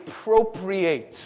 appropriate